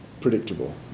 predictable